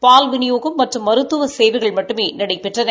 பால் விநியோகம் மற்றும் மருத்துவ சேவைகள் மட்டுமே நடைபெற்றன